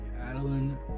Adeline